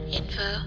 info